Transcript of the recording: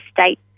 state